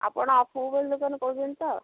ଆପଣ ଆସିବେ ବୋଲି ଦୋକାନ କହୁଛନ୍ତି ତ